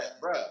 bro